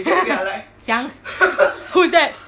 siang who's that